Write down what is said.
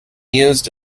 used